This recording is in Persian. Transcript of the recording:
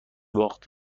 باخت